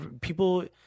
people